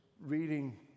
reading